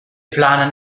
planen